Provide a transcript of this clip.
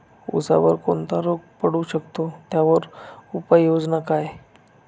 ऊसावर कोणता रोग पडू शकतो, त्यावर उपाययोजना काय?